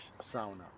sauna